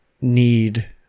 need